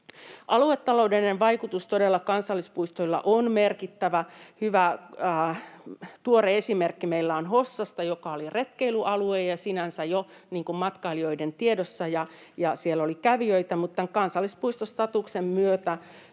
Aluetaloudellinen vaikutus kansallispuistoilla on todella merkittävä. Hyvä tuore esimerkki meillä on Hossasta, joka oli retkeilyalue ja sinänsä jo niin kuin matkailijoiden tiedossa ja siellä oli kävijöitä, mutta tämän kansallispuistostatuksen myötä